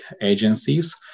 agencies